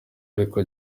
ariko